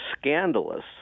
scandalous